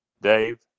dave